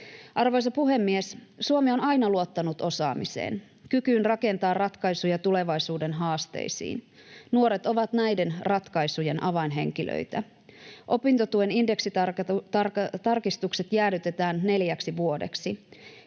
Arvoisa puhemies! Suomi on aina luottanut osaamiseen, kykyyn rakentaa ratkaisuja tulevaisuuden haasteisiin. Nuoret ovat näiden ratkaisujen avainhenkilöitä. Opintotuen indeksitarkistukset jäädytetään neljäksi vuodeksi.